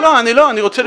לא, לא, אני רוצה לשמוע.